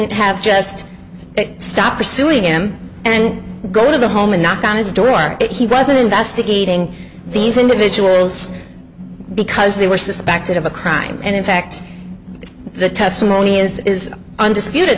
have just stop pursuing him and go to the home and knock on his door and that he wasn't investigating these individuals because they were suspected of a crime and in fact the testimony is undisputed